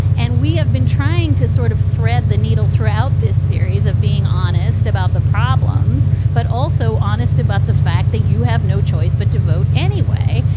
and we have been trying to sort of thread the needle throughout this series of being honest about the problems, but also honest about the fact that you have no choice but to vote anyway.